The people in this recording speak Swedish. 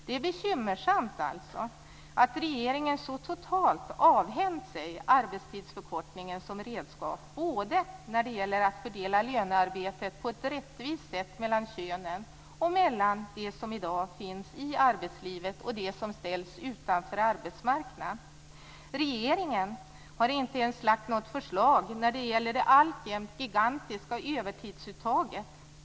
Det är bekymmersamt att regeringen så totalt avhänt sig arbetstidsförkortningen som redskap både när det gäller att fördela lönearbete på ett rättvist sätt mellan könen och mellan de som i dag finns i arbetslivet och de som ställs utanför arbetsmarknaden. Regeringen har inte ens lagt fram något förslag när det gäller det alltjämt gigantiska övertidsuttaget.